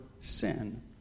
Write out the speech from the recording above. sin